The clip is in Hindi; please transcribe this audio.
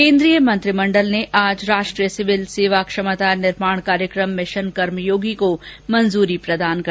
केन्द्रीय मंत्रिमंडल ने आज राष्ट्रीय सिविल सेवा क्षमता निर्माण कार्यक्रम मिशन कर्मयोगी को मंजूरी प्रदान की